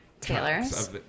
Taylor's